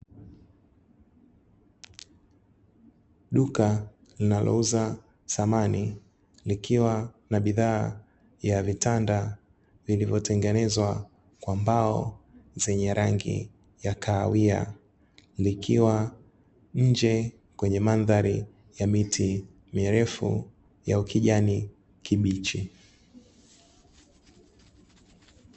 Duka linalouza samani likiwa na bidhaa ya vitanda vilivyotengenezwa kwa mbao zenye rangi ya kahawia, likiwa nje kwenye mandhari ya miti mirefu ya ukijani kibichi.